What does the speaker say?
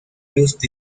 used